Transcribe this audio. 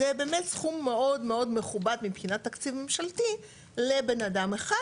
זה באמת סכום מאוד מאוד מכובד מבחינת תקציב ממשלתי לבן אדם אחד,